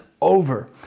over